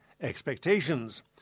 expectations